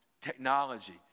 technology